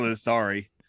sorry